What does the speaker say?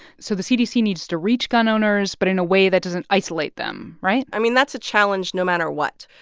so the cdc needs to reach gun owners but in a way that doesn't isolate them, right? i mean, that's a challenge no matter what.